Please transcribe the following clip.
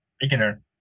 beginner